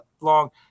long